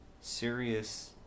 serious